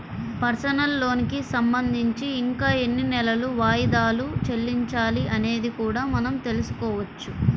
personal లోనుకి సంబంధించి ఇంకా ఎన్ని నెలలు వాయిదాలు చెల్లించాలి అనేది కూడా మనం తెల్సుకోవచ్చు